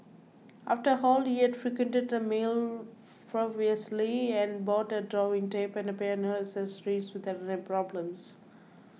after all he had frequented the mall previously and bought a drawing tab and piano accessories without any problems